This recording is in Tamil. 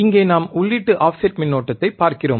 இங்கே நாம் உள்ளீட்டு ஆஃப்செட் மின்னோட்டத்தைப் பார்க்கிறோம்